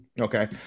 Okay